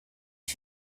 out